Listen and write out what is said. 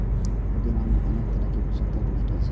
पुदीना मे अनेक तरहक पोषक तत्व भेटै छै